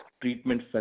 treatment